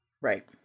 Right